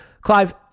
Clive